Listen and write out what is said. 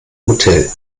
hotel